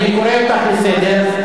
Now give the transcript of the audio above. אני קורא אותך לסדר,